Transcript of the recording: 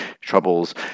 troubles